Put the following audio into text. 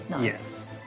Yes